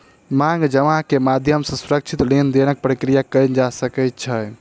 मांग जमा के माध्यम सॅ सुरक्षित लेन देनक प्रक्रिया कयल जा सकै छै